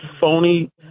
phony